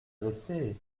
dressé